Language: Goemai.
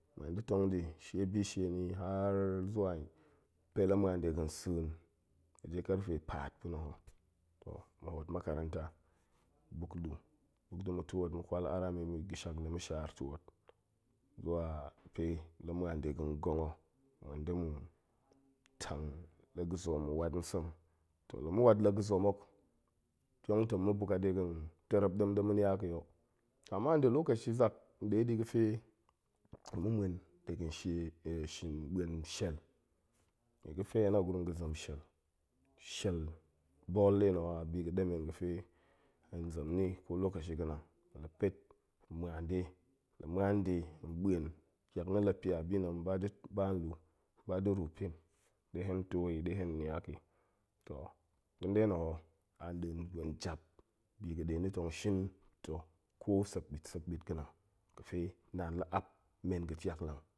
Ma̱an da̱ tong ɗi shie bi shie ni haar zuwa, pe la ma̱an de ga̱n sa̱a̱n waje karfe paat pa̱na̱ o, toh ma̱ hoot makaranta buk nluu, buk da̱ ma̱ twoot ma̱ kwal aram i ga̱sak nda̱ ma̱shaar twoot zuwa pe la ma̱an de ga̱n gong o ma̱ ma̱en da̱ ma̱ tang la ga̱ zoom ma̱ wat nsem, toh la ma̱ wat la ga̱ zoom hok, yong tong ma̱ buk a de ga̱n terep ɗem ɗe ma̱ niak i o, ama nda̱ loakashi zak ɗe ɗi ga̱fe tong ma̱ ma̱en de ga̱n shie ma̱en shiel, ɗie ga̱fe hen a gurum ga̱ zem shiel, shiel ball nɗe na̱ ho a bi ga̱ɗemen ga̱fe hen zem ni kolokashi ga̱nang, hen la pet ma̱an ɗi, hen la ma̱an ɗi, hen ma̱en, ƙiak na̱ la pia bi na̱ hen ba da̱, ba nluu, hen ba da̱ ruu pin ɗe hen to i, ɗe hen niak i, toh ga̱n ɗe na̱ ho a na̱a̱n gwen jap bi ga̱ ɗe na̱ tong shin to, ko sek ɓit, sek ɓit ga̱nang ga̱fe naan la app men ga̱ ƙiaklang.